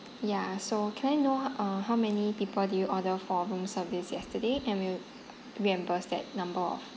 ya so can I know uh how many people did you order for room service yesterday and we'll reimburse that number off